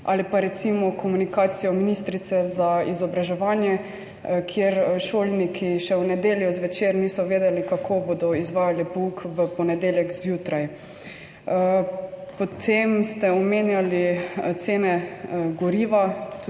ali pa recimo komunikacijo ministrice za izobraževanje, kjer šolniki še v nedeljo zvečer niso vedeli, kako bodo izvajali pouk v ponedeljek zjutraj. Potem ste omenjali cene goriva,